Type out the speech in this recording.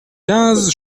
quinze